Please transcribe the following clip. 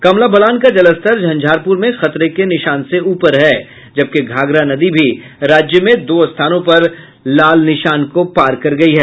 कमला बलान का जलस्तर झंझारपुर में खतने के निशान से ऊपर है जबकि घाघरा नदी भी राज्य में दो स्थानों पर लाल निशान को पार कर गयी है